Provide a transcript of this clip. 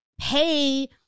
pay